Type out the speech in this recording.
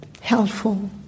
helpful